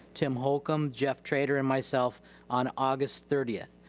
tim holcomb, jeff trader, and myself on august thirtieth.